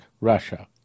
Russia